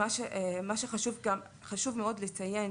חשוב לציין